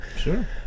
Sure